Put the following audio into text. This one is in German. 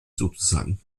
sozusagen